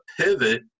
pivot